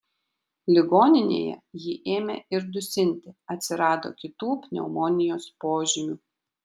ligoninėje jį ėmė ir dusinti atsirado kitų pneumonijos požymių